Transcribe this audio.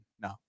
no